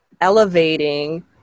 elevating